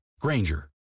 Granger